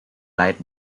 light